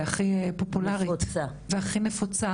--- הכי נפוצה.